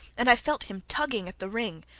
and i felt him tugging at the ring.